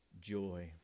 joy